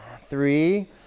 Three